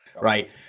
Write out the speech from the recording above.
Right